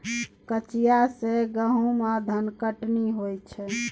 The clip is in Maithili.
कचिया सँ गहुम आ धनकटनी होइ छै